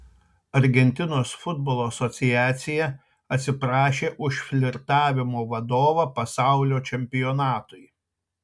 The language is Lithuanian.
argentinos futbolo asociacija atsiprašė už flirtavimo vadovą pasaulio čempionatui